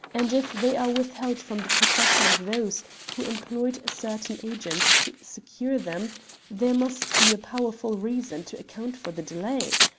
and if they are withheld from the possession of those who employed certain agents to secure them, there must be a powerful reason to account for the delay.